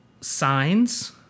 Signs